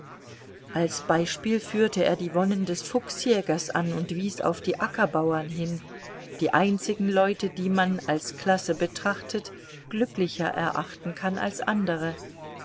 als beispiel führte er die wonnen des fuchsjägers an und wies auf die ackerbauern hin die einzigen leute die man als klasse betrachtet glücklicher erachten kann als andre